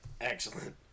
Excellent